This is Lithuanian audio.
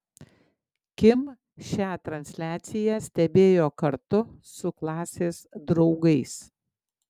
kim šią transliaciją stebėjo kartu su klasės draugais